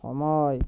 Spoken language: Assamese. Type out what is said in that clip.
সময়